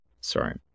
sorry